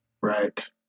Right